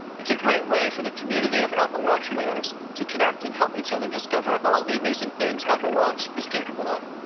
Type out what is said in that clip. it's a great way for the community of apple watch wearers to connect and help each other discover all the amazing things apple watch is capable of.